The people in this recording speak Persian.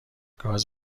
گاز